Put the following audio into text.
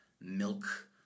milk